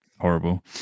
horrible